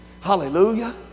hallelujah